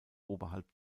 oberhalb